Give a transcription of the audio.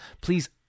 please